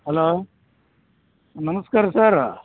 hello ನಮಸ್ಕಾರ ಸರ